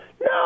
No